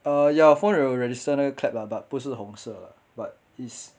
uh ya 我 phone 有 register 那个 clap lah but 不是红色 lah but is